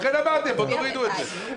לכן אמרתי שתורידו את זה.